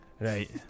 right